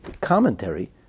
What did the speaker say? commentary